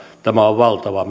tämä on valtava